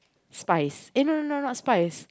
spice eh no no no no not spice